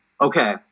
okay